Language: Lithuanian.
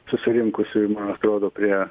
susirinkusiųjų man atrodo prie